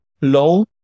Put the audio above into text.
low